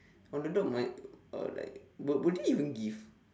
on the dot my uh like will will they even give